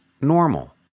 normal